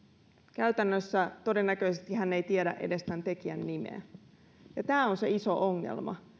käytännössä todennäköisesti hän ei tiedä edes tämän tekijän nimeä tämä on se iso ongelma